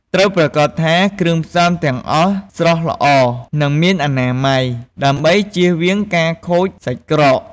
ត្រូវប្រាកដថាគ្រឿងផ្សំទាំងអស់ស្រស់ល្អ និងមានអនាម័យ ដើម្បីចៀសវាងការខូចសាច់ក្រក។